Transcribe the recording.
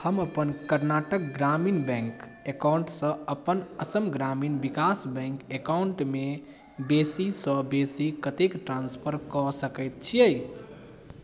हम अपन कर्नाटक ग्रामीण बैंक एकॉउन्ट सँ अपन असम ग्रामीण विकास बैंक एकॉउन्ट मे बेसी सँ बेसी कतेक ट्रांस्फर कऽ सकैत छियै